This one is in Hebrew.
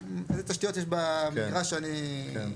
איזה תשתיות יש בדירה שאני,